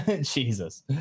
Jesus